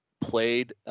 played